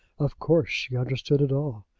of course she understood it all.